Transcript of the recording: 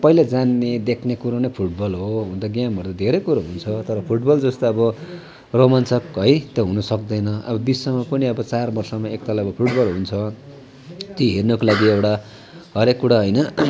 सबैले जान्ने देख्ने कुरो नै फुटबल हो भने त गेमहरू धेरै कुरो हुन्छ तर फुटबल जस्तो अब रोमान्चक है तो हुनसक्दैन अब विश्वमा पनि अब चार वर्षमा एकताल अब फुटबल हुन्छ ती हेर्नको लागि अब एउटा हरेक कुरा होइन